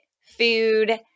food